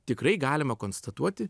tikrai galima konstatuoti